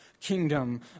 kingdom